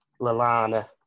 Lalana